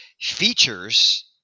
features